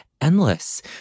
endless